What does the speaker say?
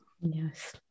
Yes